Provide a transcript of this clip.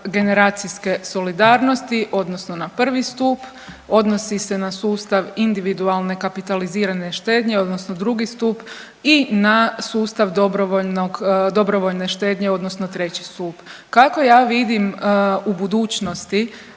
generacijske solidarnosti odnosno na prvi stup, odnosi se na sustav individualne kapitalizirane štednje odnosno drugi stup i na sustav dobrovoljnog, dobrovoljne štednje odnosno treći stup. Kako ja vidim u budućnosti